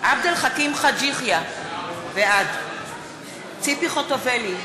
עבד אל חכים חאג' יחיא, בעד ציפי חוטובלי,